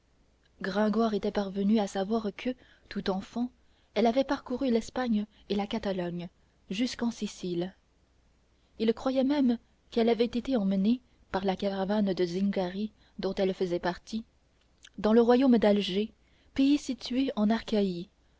gringoire était parvenu à savoir que tout enfant elle avait parcouru l'espagne et la catalogne jusqu'en sicile il croyait même qu'elle avait été emmenée par la caravane de zingari dont elle faisait partie dans le royaume d'alger pays situé en achaïe